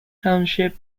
township